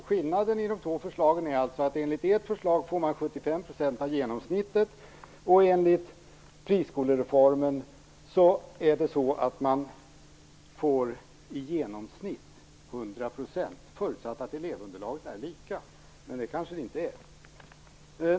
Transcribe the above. Skillnaden mellan de två förslagen är alltså att man enligt ert förslag får 75 % av genomsnittet och enligt friskolereformen får man i genomsnitt 100 %, förutsatt att elevunderlaget är lika, men det kanske det inte är.